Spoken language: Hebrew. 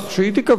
שתיקבע,